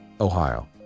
Ohio